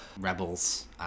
Rebels